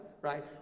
right